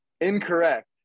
incorrect